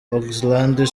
oxlade